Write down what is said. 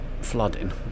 flooding